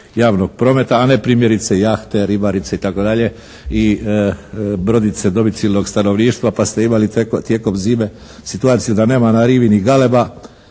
javnog prometa, a ne primjerice jahte, ribarice i tako dalje i brodice domicilnog stanovništva pa ste imali tijekom zime situaciju da nema na rivi ni galeba,